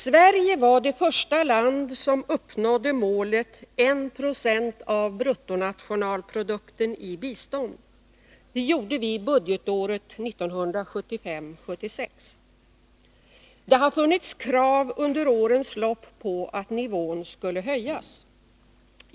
Sverige var det första land som uppnådde målet — 1 90 av bruttonationalprodukten i bistånd. Det gjorde vi budgetåret 1975/76. Det har funnits krav under årens lopp på att nivån skulle höjas.